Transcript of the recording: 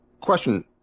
Question